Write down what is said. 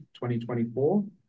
2024